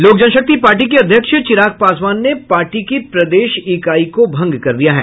लोक जनशक्ति पार्टी के अध्यक्ष चिराग पासवान ने पार्टी की प्रदेश इकाई को भंग कर दिया है